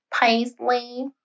Paisley